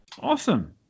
Awesome